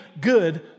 good